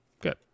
good